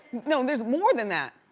no, there's more than that.